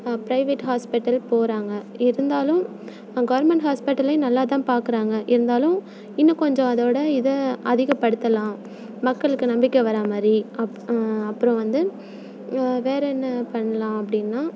private hospital போகிறாங்க இருந்தாலும் government ஹாஸ்பிட்டல்லையும் நல்லா தான் பார்க்குறாங்க இருந்தாலும் இன்னும் கொஞ்சம் அதோடய இதை அதிகப்படுத்தலாம் மக்களுக்கு நம்பிக்கை வர மாதிரி அப் அப்புறோம் வந்து வேறு என்ன பண்ணலாம் அப்படின்னா